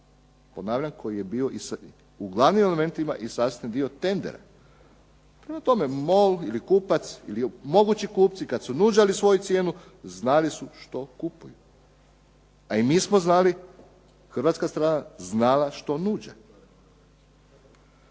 Ponavljam koji je bio u glavnim elementima i sastavni dio tendera. Prema tome, MOL ili kupac ili mogući kupci kada su nudili svoju cijenu znali su što kupuju. A i mi smo znali hrvatska strana znala što nude.